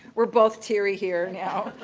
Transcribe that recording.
we're both teary here now.